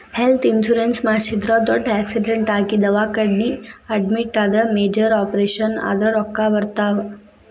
health insurance ಮಾಡಿಸಿದ್ರ ದೊಡ್ಡ್ accident ಆಗಿ ದವಾಖಾನಿ ಅಡ್ಮಿಟ್ ಆದ್ರ ಮೇಜರ್ ಆಪರೇಷನ್ ಆದ್ರ ರೊಕ್ಕಾ ಬರ್ತಾವ